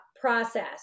process